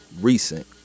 recent